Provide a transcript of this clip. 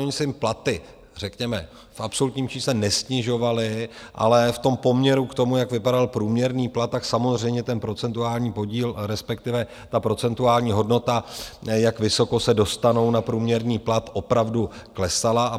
Ony se jim platy řekněme v absolutním čísle nesnižovaly, ale v poměru k tomu, jak vypadal průměrný plat, samozřejmě ten procentuální podíl, respektive ta procentuální hodnota, jak vysoko se dostanou na průměrný plat, opravdu klesala.